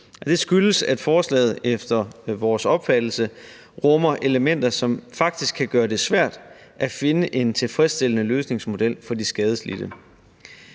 Det skyldes, at forslaget efter vores opfattelse rummer elementer, som faktisk kan gøre det svært at finde en tilfredsstillende løsningsmodel for de skadelidte.